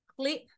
clip